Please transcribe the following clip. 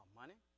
money